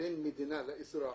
בין מדינה לאזרח